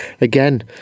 again